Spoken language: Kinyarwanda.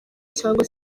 cyangwa